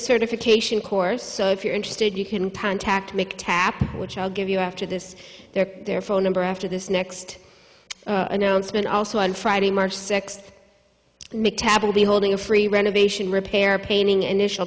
certification course so if you're interested you can pan tack to make tap which i'll give you after this there their phone number after this next announcement also on friday march sixth metabo be holding a free renovation repair painting initial